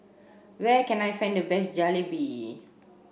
where can I find the best Jalebi